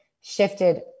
shifted